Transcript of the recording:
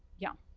yeah.